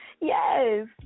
Yes